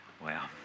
wow